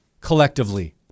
collectively